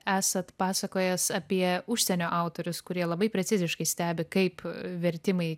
esat pasakojęs apie užsienio autorius kurie labai preciziškai stebi kaip vertimai